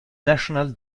national